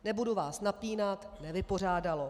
Nebudu vás napínat nevypořádalo.